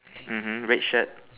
mmhmm red shirt